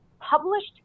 published